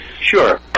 Sure